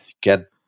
get